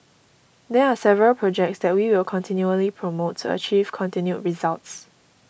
there are several projects that we will continually promote to achieve continued results